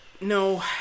No